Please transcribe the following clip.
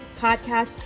podcast